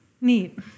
Neat